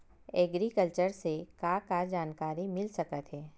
Agriculture से का का जानकारी मिल सकत हे?